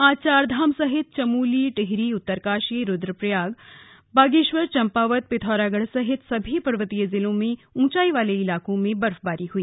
आज चारधाम सहित चमोली टिहरी उत्तरकाशी रुद्रप्रयाग बागेश्वर चंपावत पिथौरागढ़ सहित सभी पर्वतीय जिलों के ऊंचाई वाले इलाकों में बर्फबारी हुई